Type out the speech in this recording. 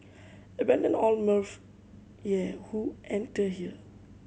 abandon all mirth ye who enter here